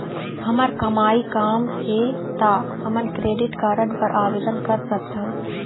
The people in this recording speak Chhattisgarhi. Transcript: हमर कमाई कम हे ता हमन क्रेडिट कारड बर आवेदन कर सकथन?